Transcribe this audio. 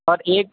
اور ایک